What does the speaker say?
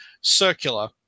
circular